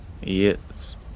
Yes